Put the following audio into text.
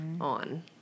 on